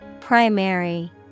Primary